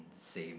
the same